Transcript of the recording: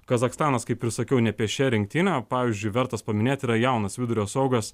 kazachstanas kaip ir sakiau nepėsčia rinktinė o pavyzdžiui vertas paminėti yra jaunas vidurio saugas